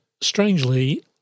strangely